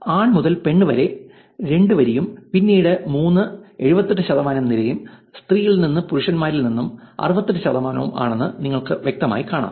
ആൺ മുതൽ പെൺ വരെ വരി 2 ഉം പിന്നീട് 3 78 ശതമാനം നിരയും സ്ത്രീയിൽ നിന്ന് പുരുഷന്മാരിൽ നിന്ന് 68 ശതമാനവും ആണെന്ന് നിങ്ങൾക്ക് വ്യക്തമായി കാണാം